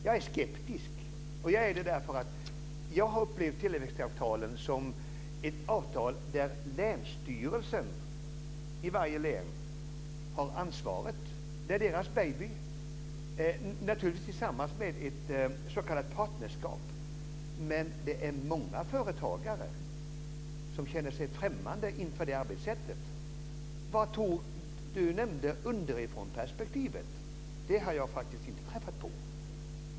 Jag är skeptisk, och det är jag för att jag har upplevt tillväxtavtalen som avtal där länsstyrelsen i varje län har ansvaret. Det är deras baby - naturligtvis tillsammans med ett s.k. partnerskap. Det är många företagare som känner sig främmande inför det arbetssättet. Anne Ludvigsson nämnde underifrånperspektivet. Det har jag faktiskt inte träffat på.